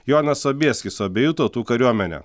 jonas sobieskis su abiejų tautų kariuomene